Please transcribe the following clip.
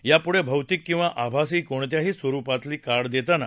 यापुढे भौतिक किंवा आभासी कोणत्याही स्वरुपातील कार्ड देताना